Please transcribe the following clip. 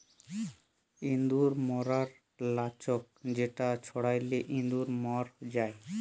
ইঁদুর ম্যরর লাচ্ক যেটা ছড়ালে ইঁদুর ম্যর যায়